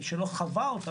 מי שלא חווה אותה,